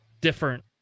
different